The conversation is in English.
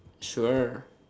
sure